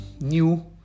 new